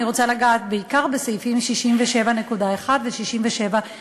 אני רוצה לגעת בעיקר בסעיפים 67.1 ו-67.2,